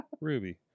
ruby